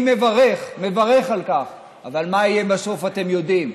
אני מברך על כך, אבל מה יהיה בסוף אתם יודעים.